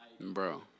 Bro